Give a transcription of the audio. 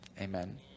amen